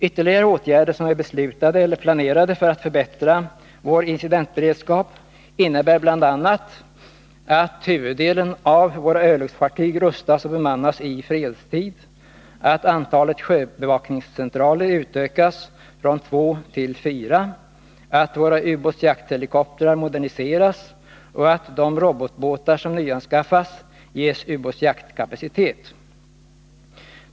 Ytterligare åtgärder som är beslutade eller planerade för att förbättra vår incidentberedskap innebär bl.a. att huvuddelen av våra örlogsfartyg rustas och bemannas i fredstid, att antalet sjöbevakningscentraler utökas från två till fyra, att våra ubåtsjaktshelikoptrar moderniseras och att de robotbåtar som nyanskaffas ges ubåtsjaktskapacitet.